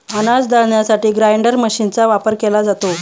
अनाज दळण्यासाठी ग्राइंडर मशीनचा वापर केला जातो